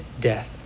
death